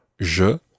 je